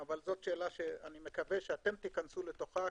אבל זו שאלה שאני מקווה שאתם תיכנסו לתוכה,